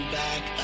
back